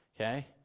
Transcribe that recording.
okay